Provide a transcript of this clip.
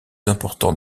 important